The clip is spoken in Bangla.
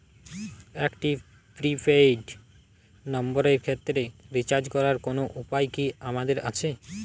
একটি প্রি পেইড নম্বরের ক্ষেত্রে রিচার্জ করার কোনো উপায় কি আমাদের আছে?